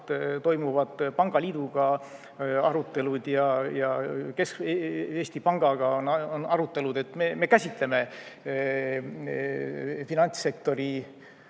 toimuvad pangaliiduga arutelud ja Eesti Pangaga on arutelud, kus me käsitleme finantssektori